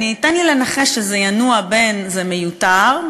תן לי לנחש שזה ינוע בין "זה מיותר,